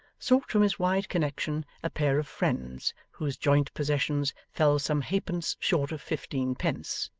sought from his wide connection a pair of friends whose joint possessions fell some halfpence short of fifteen pence,